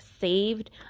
saved